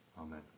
Amen